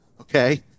okay